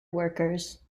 workers